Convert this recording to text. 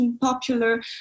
popular